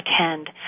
attend